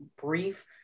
brief